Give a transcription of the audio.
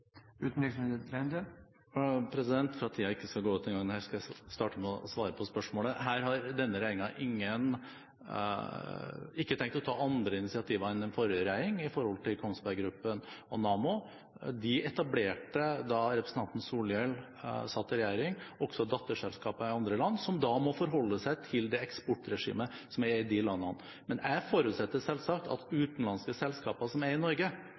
For at tiden ikke skal gå fra meg denne gangen, skal jeg svare på spørsmålet. Her har denne regjeringen ikke tenkt å ta andre initiativ enn den forrige regjeringen, med tanke på Kongsberg Gruppen og Nammo. De etablerte da representanten Solhjell satt i regjering, også datterselskap i andre land som må forholde seg til det eksportregimet som er i de landene. Men jeg forutsetter selvsagt at også utenlandske selskaper, f.eks. Thales og andre, som er i Norge,